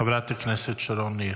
חברת הכנסת שרון ניר.